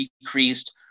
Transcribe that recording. decreased